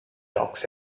talks